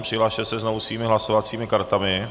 Přihlaste se znovu svými hlasovacími kartami.